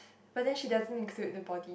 but then she doesn't include the body